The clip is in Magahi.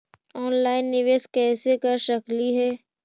ऑनलाइन निबेस कैसे कर सकली हे?